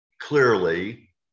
clearly